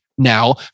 now